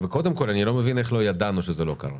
וקודם כל אני לא מבין איך לא ידענו שזה לא קרה,